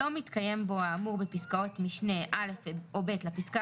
שלא מתקיים בו האמור בפסקאות משנה (א) או (ב) לפסקה